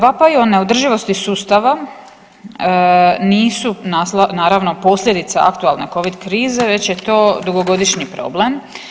Vapaj o neodrživosti sustava nisu naravno posljedica aktualne Covid krize već je to dugogodišnji problem.